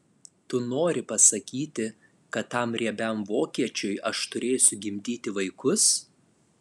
tu nori pasakyti kad tam riebiam vokiečiui aš turėsiu gimdyti vaikus